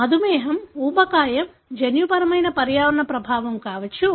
మధుమేహం ఊబకాయం జన్యుపరమైన పర్యావరణ ప్రభావం కావచ్చు